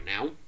now